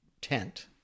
tent